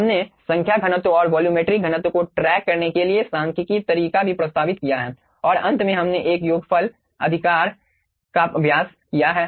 हमने संख्या घनत्व और वॉल्यूमेट्रिक घनत्व को ट्रैक करने के लिए सांख्यिकीय तरीका भी प्रस्तावित किया है और अंत में हमने एक योगफल अधिकार का अभ्यास किया है